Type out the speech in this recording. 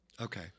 Okay